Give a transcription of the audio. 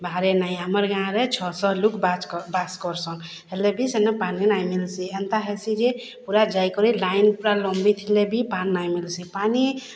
ବାହାରେ ନାଇଁ ଆମର୍ ଗାଁରେ ଛଅଶହ ଲୋକ୍ ବାସ୍ କର୍ସନ୍ ହେଲେ ବି ସେନ ପାନି ନେଇଁ ମିଲ୍ସି ଏନ୍ତା ହେସିଯେ ପୁରା ଯାଇକରି ଲାଇନ୍ ପୁରା ଲମ୍ବି ଥିଲେବି ପାଏନ୍ ନାଇଁ ମିଲ୍ସି ପାନି